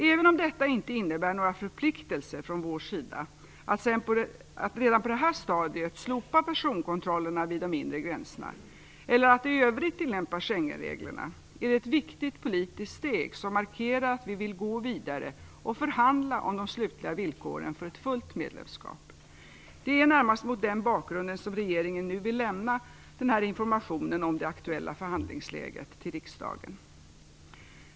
Även om detta inte innebär några förpliktelser från vår sida att redan på detta stadium slopa personkontrollerna vid de inre gränserna eller att i övrigt tillämpa Schengenreglerna är det ett viktigt politiskt steg som markerar att vi vill gå vidare och förhandla om de slutliga villkoren för ett fullt medlemskap. Det är närmast mot denna bakgrund som regeringen nu vill lämna denna information om det aktuella förhandlingsläget till riksdagen.